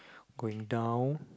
going down